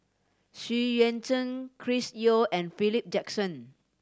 Xu Yuan Zhen Chris Yeo and Philip Jackson